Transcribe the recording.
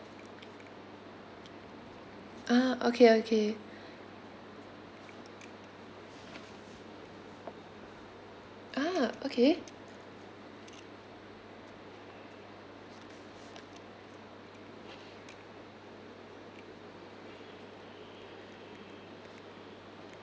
ah okay okay ah okay